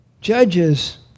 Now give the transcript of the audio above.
Judges